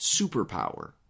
superpower